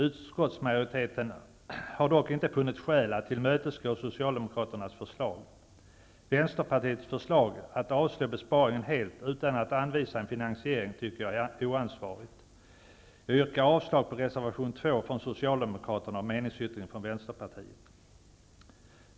Utskottsmajoriteten har dock inte funnit skäl att tillmötesgå Socialdemokraternas förslag. Vänsterpartiets förslag att avslå besparingen helt utan att anvisa en finansiering tycker jag är oansvarigt. Jag yrkar avslag på reservation 2 från Socialdemokraterna och meningsyttringen från Västerpartiet.